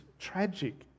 tragic